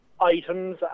items